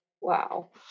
Wow